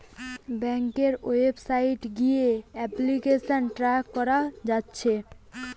ব্যাংকের ওয়েবসাইট গিয়ে application track কোরা যাচ্ছে